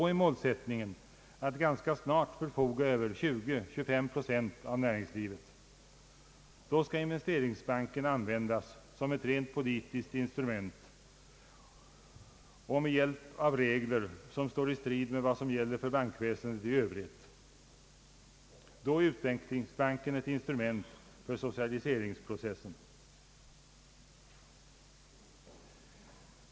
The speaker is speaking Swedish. Då är målsättningen att ganska snart förfoga över 20—25 procent av näringslivet. Då skall investeringsbanken användas som ett rent politiskt instrument och med hjälp av regler som står i strid med vad som gäller för bankväsendet i övrigt. Då är utvecklingsbanken ett instrument i socialiseringsprocessen.